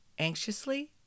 Anxiously